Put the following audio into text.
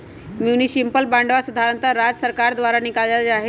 municipal बांडवा साधारणतः राज्य सर्कार द्वारा निकाल्ल जाहई